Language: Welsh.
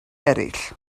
eraill